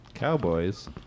Cowboys